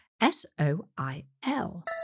S-O-I-L